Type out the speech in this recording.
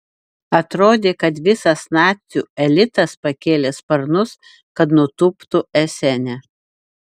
atrodė kad visas nacių elitas pakėlė sparnus kad nutūptų esene